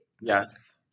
Yes